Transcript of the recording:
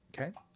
okay